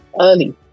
early